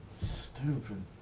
Stupid